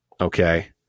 okay